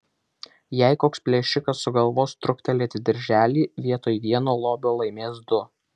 jei koks plėšikas sugalvos truktelėti dirželį vietoj vieno lobio laimės du